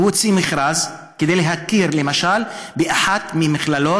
הוציא מכרז כדי להכיר למשל באחת ממכללות